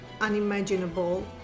unimaginable